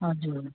हजुर